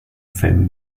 femme